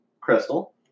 Crystal